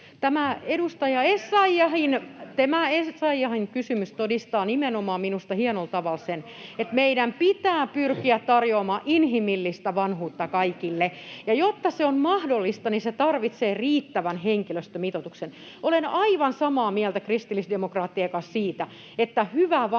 Tämä edustaja Essayahin kysymys nimenomaan todistaa minusta hienolla tavalla sen, että meidän pitää pyrkiä tarjoamaan inhimillistä vanhuutta kaikille. Ja jotta se on mahdollista, niin se tarvitsee riittävän henkilöstömitoituksen. Olen aivan samaa mieltä kristillisdemokraattien kanssa siitä, että hyvä vanhuus